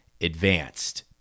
advanced